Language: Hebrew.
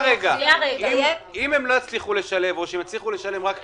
אם לא יצליחו לשלב או יצליחו לשלב רק חלקית,